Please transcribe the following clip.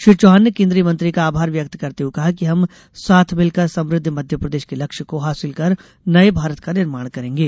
श्री चौहान ने केन्द्रीय मंत्री का आभार व्यक्त करते हुये कहा कि हम साथ मिलकर समृद्ध मध्यप्रदेश के लक्ष्य को हासिल कर नये भारत का निर्माण करेंगे